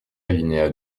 alinéa